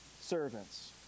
servants